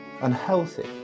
unhealthy